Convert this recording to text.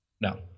no